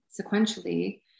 sequentially